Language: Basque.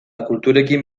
kulturekin